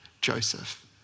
Joseph